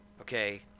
okay